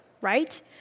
right